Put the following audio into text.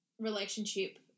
relationship